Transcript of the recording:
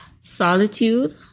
solitude